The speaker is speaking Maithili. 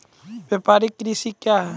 व्यापारिक कृषि क्या हैं?